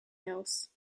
else